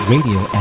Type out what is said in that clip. Radio